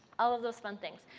all of those fun things.